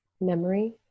memory